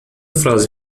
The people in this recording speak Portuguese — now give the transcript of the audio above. frase